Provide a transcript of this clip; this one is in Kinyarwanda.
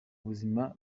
buzima